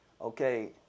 okay